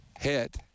hit